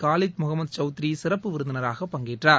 Khalid Mahmud Chowdhury சிறப்பு விருந்தினராக பங்கேற்றார்